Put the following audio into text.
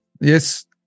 Yes